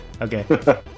Okay